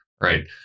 right